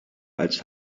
als